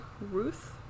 Ruth